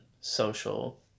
social